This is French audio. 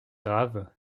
graves